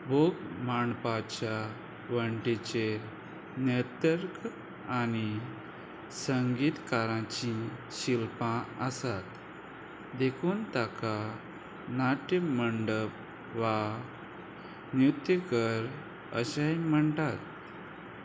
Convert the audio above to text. भूक मांडपाच्या वणटीचेर नेतर्क आनी संगीतकारांची शिल्पां आसात देखून ताका नाट्यमंडप वा नृत्यकर अशेंय म्हणटात